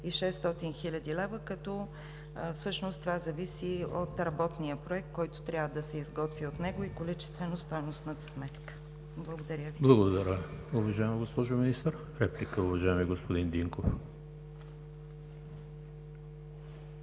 – 600 хил. лв., като всъщност това зависи от работния проект, който трябва да се изготви от него, и количествено-стойностната сметка. Благодаря Ви.